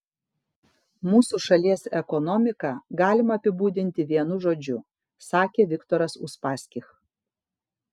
mūsų šalies ekonomiką galima apibūdinti vienu žodžiu sakė viktoras uspaskich